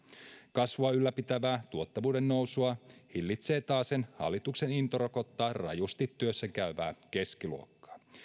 kasvua ylläpitävää tuottavuuden nousua hillitsee taasen hallituksen into rokottaa rajusti työssä käyvää keskiluokkaa